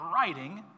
writing